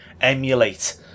emulate